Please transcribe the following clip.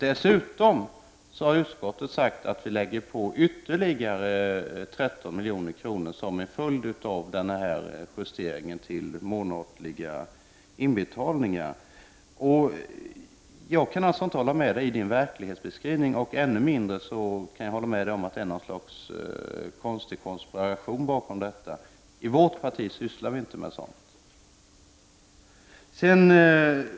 Dessutom har utskottet sagt att vi lägger på ytterligare 13 miljoner som en följd av justeringen av de månatliga inbetalningarna. Jag kan alltså inte hålla med er verklighetsbeskrivning, ännu mindre kan jag hålla med om att det är något slags konspiration bakom detta. I vårt parti sysslar vi inte med sådant.